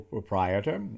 Proprietor